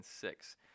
six